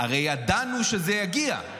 הרי ידענו שזה יגיע,